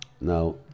Now